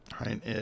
right